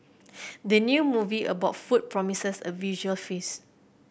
the new movie about food promises a visual feast